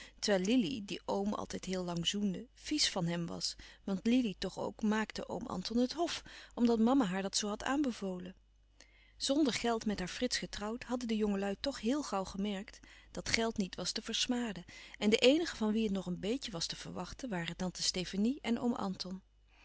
terwijl lili die oom altijd heel lang zoende vies van hem was want lili toch ook maakte oom anton het hof omdat mama haar dat zoo had aanbevolen zonder geld met haar frits getrouwd hadden de jongelui toch heel gauw gemerkt dat geld niet was te versmaden en de eenigen van wien het nog een beetje was te verwachten waren tante stefanie en oom anton